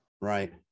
Right